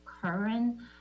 current